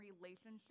relationship